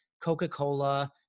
Coca-Cola